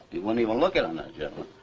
he wouldn't even look in on that gentleman.